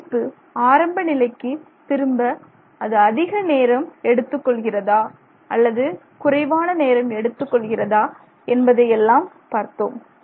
அமைப்பு ஆரம்ப நிலைக்கு திரும்ப அது அதிக நேரம் எடுத்துக் கொள்கிறதா அல்லது குறைவான நேரம் எடுத்துக் கொள்கிறதா என்பதையெல்லாம் பார்த்தோம்